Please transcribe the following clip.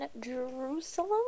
Jerusalem